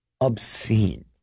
obscene